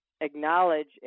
acknowledge